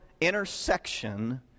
intersection